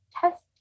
test